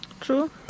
True